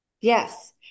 Yes